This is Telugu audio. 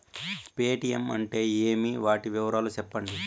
పేటీయం అంటే ఏమి, వాటి వివరాలు సెప్పండి?